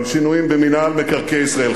על שינויים במינהל מקרקעי ישראל.